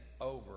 over